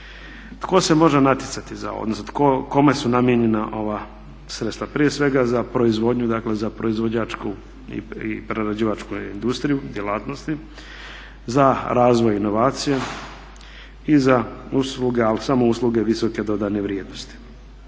Tko se može natjecati za ovo, odnosno kome su namijenjena ova sredstva? Prije svega za proizvodnju, dakle za proizvođačku i prerađivačku industriju, djelatnosti, za razvoj inovacija i za usluge, ali samo usluge visoke dodane vrijednosti.